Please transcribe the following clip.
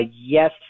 yes